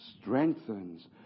strengthens